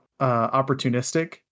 opportunistic